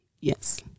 Yes